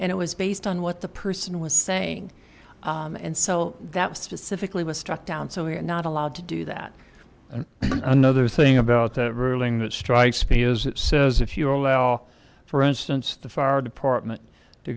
and it was based on what the person was saying and so that specifically was struck down so we're not allowed to do that and another thing about the ruling that strikes me is that says if you allow for instance the far department to